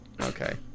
Okay